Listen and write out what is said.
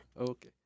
okay